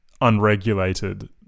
unregulated